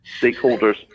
stakeholders